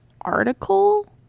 article